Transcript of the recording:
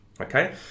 okay